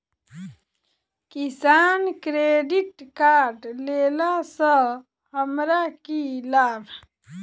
किसान credit card लेला सऽ हमरा की लाभ?